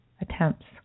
Attempts